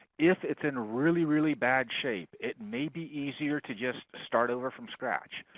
if it's in really, really bad shape, it may be easier to just start over from scratch.